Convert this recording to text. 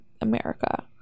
America